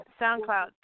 SoundCloud